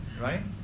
right